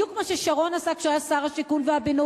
בדיוק כמו ששרון עשה כשהוא היה שר השיכון והבינוי,